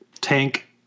Tank